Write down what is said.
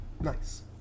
Nice